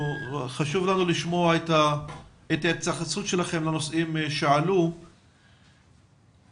שמעתי את כל הנושאים שעלו פה בדיון.